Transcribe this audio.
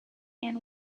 and